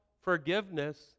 forgiveness